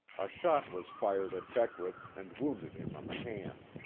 a shot was fired at beckwith and wounded him on the hand.